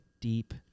deep